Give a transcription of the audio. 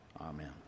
Amen